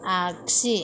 आगसि